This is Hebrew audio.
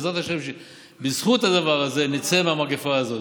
ובעזרת השם שבזכות הדבר הזה נצא מהמגפה הזאת,